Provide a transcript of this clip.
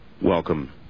welcome